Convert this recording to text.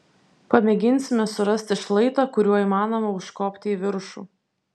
pamėginsime surasti šlaitą kuriuo įmanoma užkopti į viršų